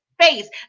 face